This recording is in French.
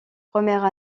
première